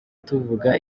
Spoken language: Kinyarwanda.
tuvuga